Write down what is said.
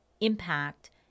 impact